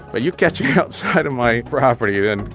but you catch me outside of my property, then,